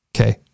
Okay